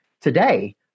today